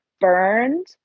burned